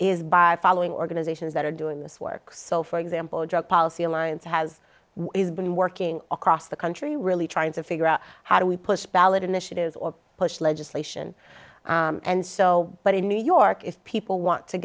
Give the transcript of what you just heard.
is by following organizations that are doing this work so for example drug policy alliance has been working across the country really trying to figure out how do we push ballot initiatives or push legislation and so but in new york if people want to